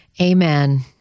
Amen